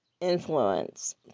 influence